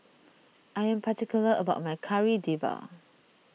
I am particular about my Kari Debal